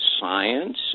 science